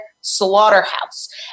slaughterhouse